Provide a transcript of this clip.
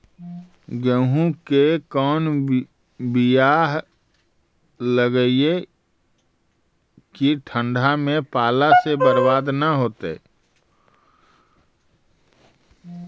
गेहूं के कोन बियाह लगइयै कि ठंडा में पाला से बरबाद न होतै?